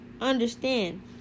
understand